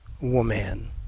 woman